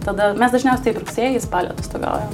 tada mes dažniausiai taip rugsėjį spalį atostogaujam